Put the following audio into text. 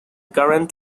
current